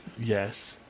yes